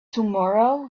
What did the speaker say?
tomorrow